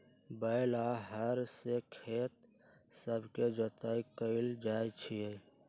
बैल आऽ हर से खेत सभके जोताइ कएल जाइ छइ